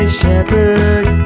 shepherd